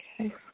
okay